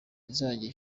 izajya